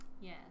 Yes